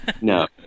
No